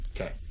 Okay